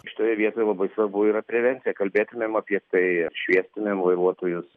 šitoje vietoj labai svarbu yra prevencija kalbėtumėm apie tai ar šviestumėm vairuotojus